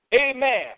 amen